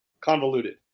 convoluted